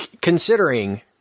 considering